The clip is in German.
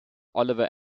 oliver